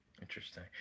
Interesting